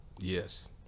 yes